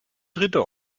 dritte